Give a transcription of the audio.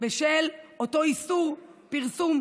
בשל אותו איסור פרסום,